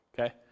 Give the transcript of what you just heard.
Okay